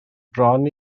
bron